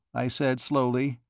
i said, slowly.